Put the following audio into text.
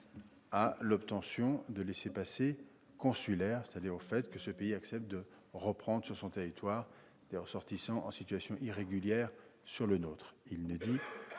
à celle de laissez-passer consulaires, c'est-à-dire au fait que ces pays acceptent de reprendre sur leur territoire des ressortissants en situation irrégulière sur le nôtre. Il ne s'agit